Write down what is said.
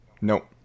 Nope